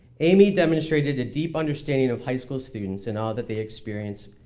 amy demonstrated a deep understanding of high school students and all that they experience,